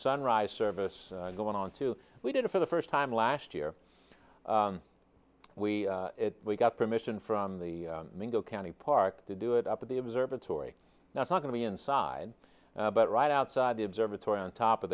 sunrise service going on too we did it for the first time last year we got permission from the mango county park to do it up at the observatory that's not going to be inside but right outside the observatory on top of